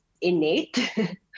innate